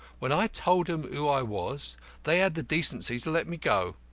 when i told them who i was they had the decency to let me go.